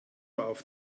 auf